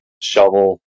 shovel